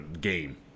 game